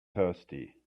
thirsty